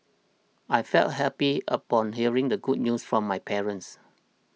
I felt happy upon hearing the good news from my parents